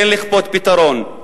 כן לכפות פתרון,